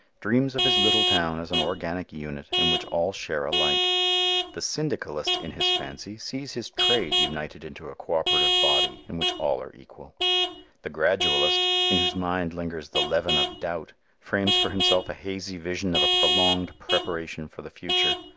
dreams of his little town as an organic unit in which all share alike the syndicalist in his fancy sees his trade united into a co-operative body in which all are equal the gradualist, in whose mind lingers the leaven of doubt, frames for himself a hazy vision of a prolonged preparation for the future,